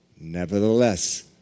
Nevertheless